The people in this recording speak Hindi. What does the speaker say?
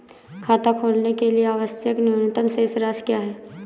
खाता खोलने के लिए आवश्यक न्यूनतम शेष राशि क्या है?